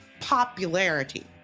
popularity